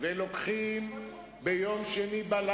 יכולים להחליט על